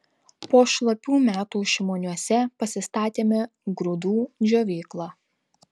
po šlapių metų šimoniuose pasistatėme grūdų džiovyklą